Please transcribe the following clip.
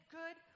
good